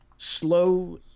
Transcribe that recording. slow